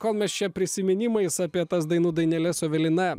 kol mes čia prisiminimais apie tas dainų daineles su evelina